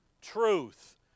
Truth